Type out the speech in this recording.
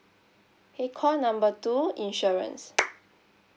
!hey! call number two insurance